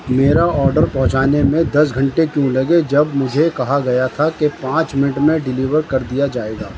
میرا آرڈر پہنچانے میں دس گھنٹے کیوں لگے جب مجھے کہا گیا تھا کہ پانچ منٹ میں ڈیلیور کر دیا جائے گا